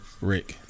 Rick